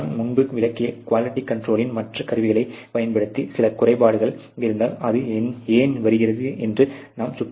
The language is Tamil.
நான் முன்பு விளக்கிய QC இன் மற்ற கருவிகளைப் பயன்படுத்தி சில குறைபாடுகள் இருந்தால் அது ஏன் வருகிறது என்று நாம் சுட்டி காட்டலாம்